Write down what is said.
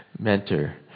Mentor